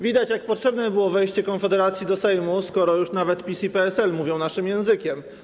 Widać, jak potrzebne było wejście Konfederacji do Sejmu, skoro już nawet PiS i PSL mówią naszym językiem.